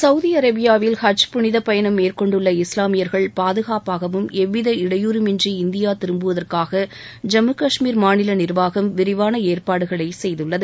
Saudi அரேபியாவில் ஹஜ் புனித பயணம் மேற்கொண்டுள்ள இஸ்லாமியர்கள் பாதுகாப்பாகவும் எவ்வித இடையூறமின்றி இந்தியா திரும்புவதற்காக ஜம்மு கஷ்மீர் மாநில நிர்வாகம் விரிவான ஏற்பாடுகளை செய்துள்ளது